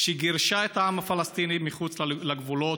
גירשה את העם הפלסטיני מחוץ לגבולות.